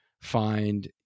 find